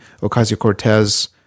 Ocasio-Cortez